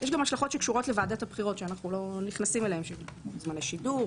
יש גם השלכות שקשורות לוועדת הבחירות שלא ניכנס אליהן כדון זמני שידור,